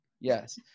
yes